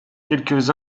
quelques